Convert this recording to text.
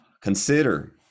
Consider